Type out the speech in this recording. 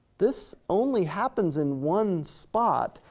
this only happens in one spot,